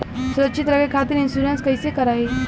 सुरक्षित रहे खातीर इन्शुरन्स कईसे करायी?